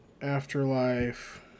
Afterlife